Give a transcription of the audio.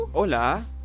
Hola